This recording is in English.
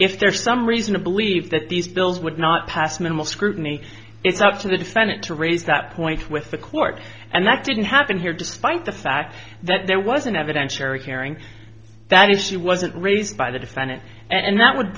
if there is some reason to believe that these bills would not pass minimal scrutiny it's up to the defendant to raise that point with the court and that didn't happen here despite the fact that there was an evidentiary hearing that issue wasn't raised by the defendant and that would